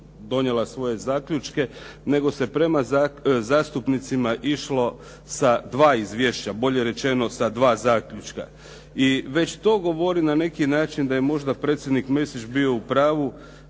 donijela svoje zaključke, nego se prema zastupnicima išlo sa dva izvješća, bolje rečeno sa dva zaključka. I već to govori na neki način da je možda predsjednik Mesić bio u pravu